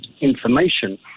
information